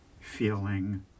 feeling